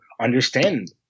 understand